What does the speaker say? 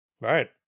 Right